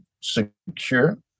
secure